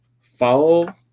Follow